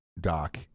doc